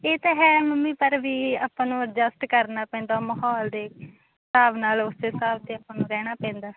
ਇਹ ਤਾਂ ਹੈ ਮੰਮੀ ਪਰ ਵੀ ਆਪਾਂ ਨੂੰ ਐਡਜਸਟ ਕਰਨਾ ਪੈਂਦਾ ਮਾਹੌਲ ਦੇ ਹਿਸਾਬ ਨਾਲ ਉਸ ਹਿਸਾਬ ਤੇ ਆਪਾ ਨੂੰ ਰਹਿਣਾ ਪੈਂਦਾ